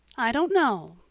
i don't know.